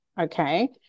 okay